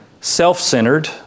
self-centered